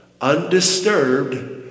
undisturbed